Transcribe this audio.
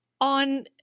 on